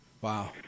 Wow